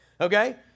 Okay